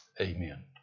Amen